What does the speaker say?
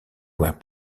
were